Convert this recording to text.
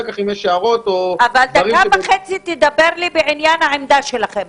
אבל תדבר בעניין העמדה שלכם.